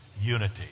unity